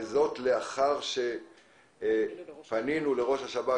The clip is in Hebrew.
וזאת לאחר שפנינו לראש השב"כ,